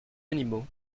animaux